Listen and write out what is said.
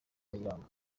kayiranga